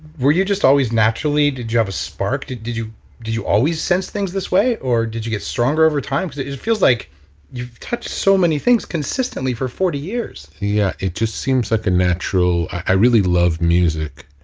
were you just always naturally, did you have a spark? did did you always sense things this way or did you get stronger over time because it it feels like you've touched so many things consistently for forty years? yeah, it just seems like a natural, i really love music,